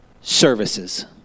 services